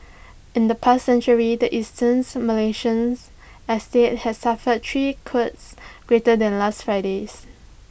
in the past century the Eastern Malaysian as state has suffered three quakes greater than last Friday's